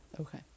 okay